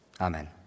Amen